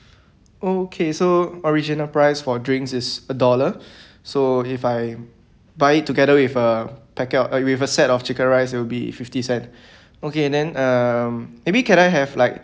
okay so original price for drinks is a dollar so if I buy it together with a packet of uh with a set of chicken rice it'll be fifty cent okay then um maybe can I have like